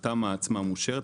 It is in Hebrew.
התמ"א עצמה מאושרת,